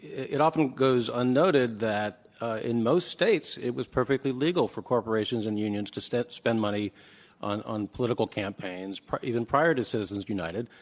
it often goes unnoted that in most states it was perfectly legal for corporations and unions to spend money on on political campaigns even prior to citizens united,